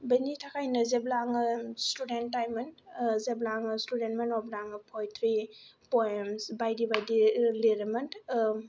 बेनि थाखायनो जेब्ला आङो स्टुडेन्ट टाइममोन ओ जेब्ला आङो स्टुडेन्टमोन अब्ला आङो पयेट्रि पयेमस बायदि बायदि लिरोमोन